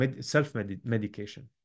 self-medication